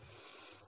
ZBUS0